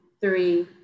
three